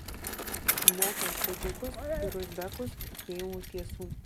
mokiau tadžikus ir uzbekus tikėjimo tiesų